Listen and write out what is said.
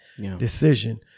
decision